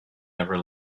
never